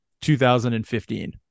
2015